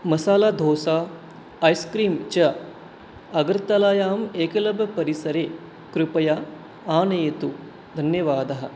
masala dosa ice cream च अगर्तलायाम् एकलव्यपरिसरे कृपया आनयतु धन्यवादः